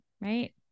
Right